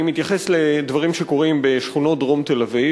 אני מתייחס לדברים שקורים בשכונות דרום תל-אביב.